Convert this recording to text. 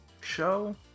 show